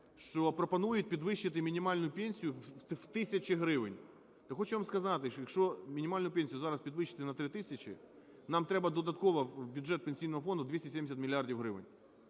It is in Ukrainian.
що пропонують підвищити мінімальну пенсію в тисячі гривень. То хочу вам сказати, якщо мінімальну пенсію зараз підвищити на 3 тисячі, там треба додатково в бюджет Пенсійного фонду 270 мільярдів